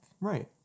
Right